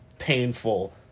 painful